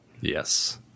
Yes